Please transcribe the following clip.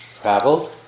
traveled